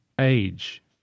age